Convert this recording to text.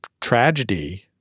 tragedy